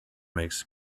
makes